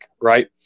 right